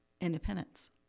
independence